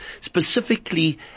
Specifically